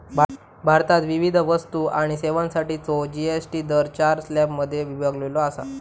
भारतात विविध वस्तू आणि सेवांसाठीचो जी.एस.टी दर चार स्लॅबमध्ये विभागलेलो असा